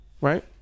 Right